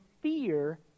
fear